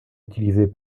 utilisés